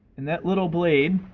and that little blade